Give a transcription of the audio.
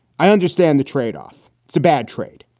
i understand the tradeoff. it's a bad trade.